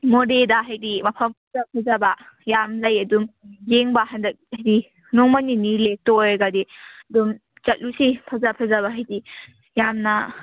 ꯃꯣꯔꯦꯗ ꯍꯥꯏꯗꯤ ꯃꯐꯝ ꯐꯖ ꯐꯖꯕ ꯌꯥꯝ ꯂꯩ ꯑꯗꯨꯝ ꯌꯦꯡꯕ ꯍꯟꯗꯛ ꯍꯥꯏꯗꯤ ꯅꯣꯡꯃ ꯅꯤꯅꯤ ꯂꯦꯛꯇꯧ ꯑꯣꯏꯔꯒꯗꯤ ꯑꯗꯨꯝ ꯆꯠꯂꯨꯁꯤ ꯐꯖ ꯐꯖꯕ ꯍꯥꯏꯗꯤ ꯌꯥꯝꯅ